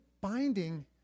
binding